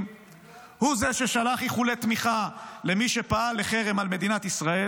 הוא זה ששלח איחולי תמיכה למי שפעל לחרם על מדינת ישראל,